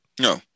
No